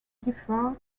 defer